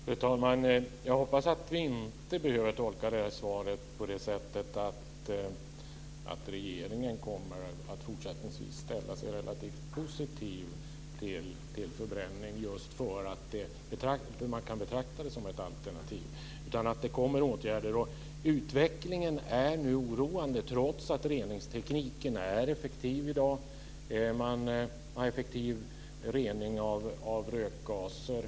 Fru talman! Jag hoppas att vi inte behöver tolka detta svar på det sättet att regeringen kommer att fortsättningsvis ställa sig relativt positiv till förbränning just för att man kan betrakta det som ett alternativ, utan att det kommer åtgärder. Utvecklingen är oroande trots att reningstekniken är effektiv i dag. Man har effektiv rening av rökgaser.